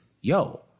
Yo